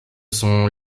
son